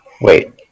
Wait